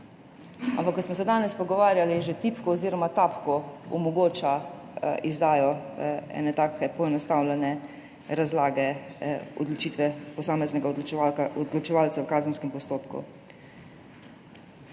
Ampak ko smo se danes pogovarjali, že tipko oziroma tapko omogoča izdajo ene take poenostavljene razlage odločitve posameznega odločevalca v kazenskem postopku.